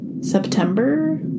September